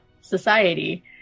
society